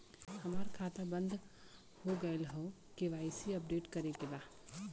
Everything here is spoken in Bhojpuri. हमार खाता बंद हो गईल ह के.वाइ.सी अपडेट करे के बा?